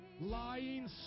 lying